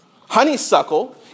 Honeysuckle